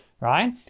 right